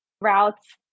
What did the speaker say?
routes